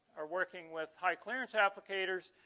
are working with high clearance applicators?